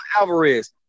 Alvarez